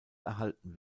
erhalten